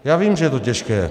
Já vím, že je to těžké.